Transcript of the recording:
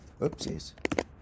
Oopsies